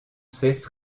cesse